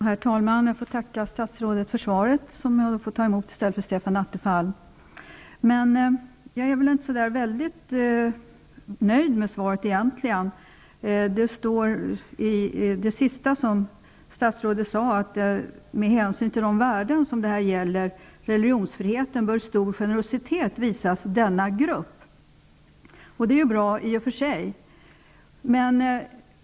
Herr talman! Jag får tacka statsrådet för svaret som jag får ta emot i stället för Stefan Attefall. Jag är väl egentligen inte så nöjd med svaret. Det sista som statsrådet sade, att ''med hänsyn till de värden som det här gäller -- reli gionsfriheten -- bör stor generositet visas denna grupp'' är ju bra i och för sig.